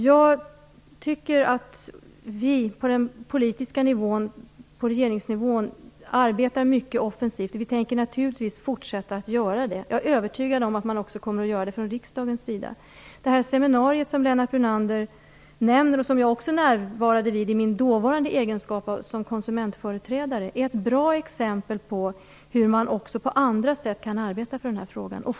Jag tycker att vi på den politiska nivån, på regeringsnivå, arbetar mycket offensivt. Vi tänker naturligtvis fortsätta att göra det. Jag är övertygad om att man också kommer att göra det från riksdagens sida. Det seminarium som Lennart Brunander nämnde och som jag också närvarade vid i min dåvarande egenskap av konsumentföreträdare är ett bra exempel på hur man också på andra sätt kan arbeta för den här frågan.